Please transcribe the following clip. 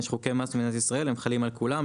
חוקי מס במדינת ישראל שחלים על כולם.